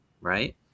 right